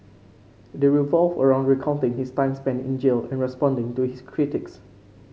they revolve around recounting his time spent in jail and responding to his critics